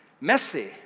messy